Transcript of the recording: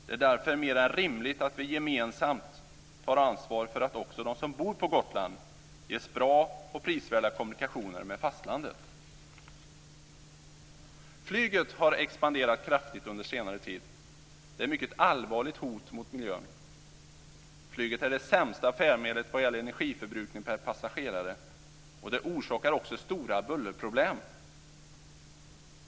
Det är därför mer än rimligt att vi gemensamt tar ansvar för att också de som bor på Gotland ges bra och prisvärda kommunikationer med fastlandet. Flyget har expanderat kraftigt under senare tid. Det är ett mycket allvarligt hot mot miljön. Flyget är det sämsta färdmedlet vad gäller energiförbrukning per passagerare, och det orsakar också stora bullerproblem.